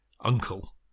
Uncle